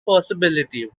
possibility